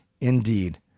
Indeed